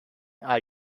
are